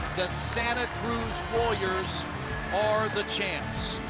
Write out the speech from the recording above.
the santa cruz warriors are the champs.